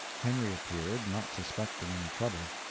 henry appeared, not suspecting any trouble.